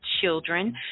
children